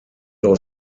aus